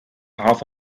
half